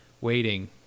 waiting